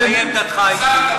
מהי עמדתך האישית?